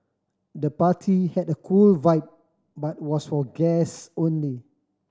the party had a cool vibe but was for guest only